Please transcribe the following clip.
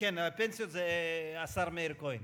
פנסיות זה השר מאיר כהן.